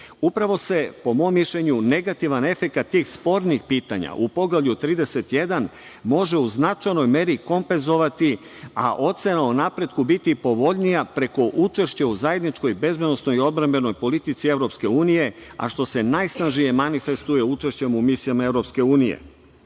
se, po mom mišljenju, negativan efekat tih spornih pitanja u poglavlju 31 može u značajnoj meri kompenzovati, a ocena o napretku biti povoljnija, preko učešća u zajedničkoj bezbednosnoj i odbrambenoj politici EU, a što se najsnažnije manifestuje u misijama EU.Iz